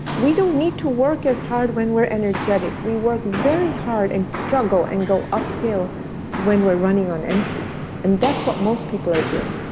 we don't need to work as hard when we're energetic. we work very hard and struggle and go uphill when we're running on empty and that's what most people are doing,